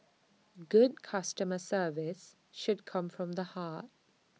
good customer service should come from the heart